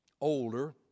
older